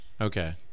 Okay